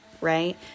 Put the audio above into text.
right